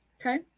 okay